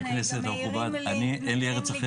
מעירים לי